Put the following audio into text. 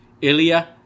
Ilya